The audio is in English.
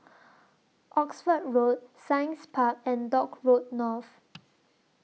Oxford Road Science Park and Dock Road North